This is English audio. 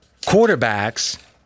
quarterbacks